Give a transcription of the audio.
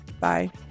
Bye